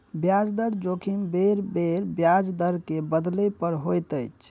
ब्याज दर जोखिम बेरबेर ब्याज दर के बदलै पर होइत अछि